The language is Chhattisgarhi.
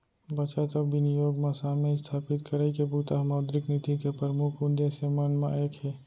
बचत अउ बिनियोग म साम्य इस्थापित करई के बूता ह मौद्रिक नीति के परमुख उद्देश्य मन म एक हे